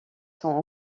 sont